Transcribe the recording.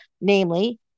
Namely